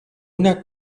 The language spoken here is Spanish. una